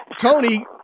Tony